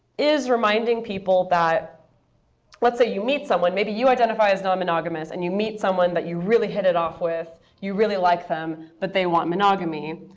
is reminding people that let's say you meet someone. maybe you identify as non-monogamous, and you meet someone that you really hit it off with, you really like them, but they want monogamy.